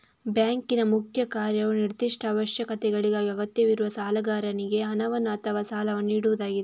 ಬ್ಯಾಂಕಿನ ಮುಖ್ಯ ಕಾರ್ಯವು ನಿರ್ದಿಷ್ಟ ಅವಶ್ಯಕತೆಗಳಿಗಾಗಿ ಅಗತ್ಯವಿರುವ ಸಾಲಗಾರನಿಗೆ ಹಣವನ್ನು ಅಥವಾ ಸಾಲವನ್ನು ನೀಡುವುದಾಗಿದೆ